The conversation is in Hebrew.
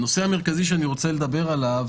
הנושא המרכזי שאני רוצה לדבר עליו,